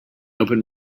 open